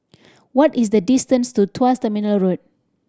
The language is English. what is the distance to Tuas Terminal Road